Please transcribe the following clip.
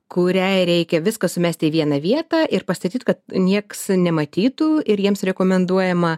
kuriai reikia viską sumesti į vieną vietą ir pastatyt kad nieks nematytų ir jiems rekomenduojama